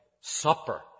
supper